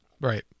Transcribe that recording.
Right